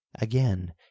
Again